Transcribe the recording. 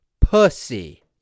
pussy